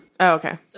Okay